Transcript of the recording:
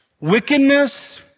wickedness